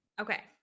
Okay